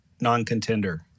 non-contender